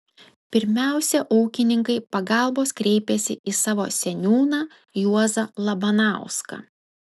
pirmiausia ūkininkai pagalbos kreipėsi į savo seniūną juozą labanauską